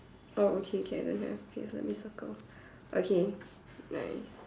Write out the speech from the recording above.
oh okay can don't have okay so let me circle okay nice